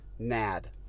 NAD